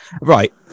Right